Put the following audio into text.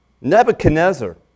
Nebuchadnezzar